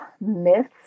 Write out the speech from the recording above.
myths